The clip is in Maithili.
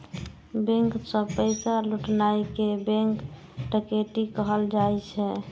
बैंक सं पैसा लुटनाय कें बैंक डकैती कहल जाइ छै